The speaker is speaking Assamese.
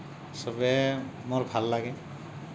সবেই মোৰ ভাল লাগে